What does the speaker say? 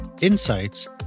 insights